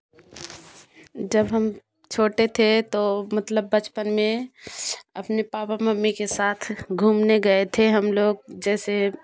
जब हम छोटे थे तो मतलब बचपन में अपने पापा मम्मी के साथ घूमने गए थे हम लोग जैसे